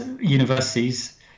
universities